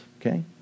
Okay